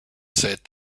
said